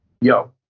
yo